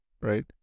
right